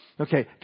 okay